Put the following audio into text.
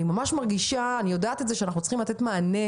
ואני ממש מרגישה שאנחנו צריכים לתת מענה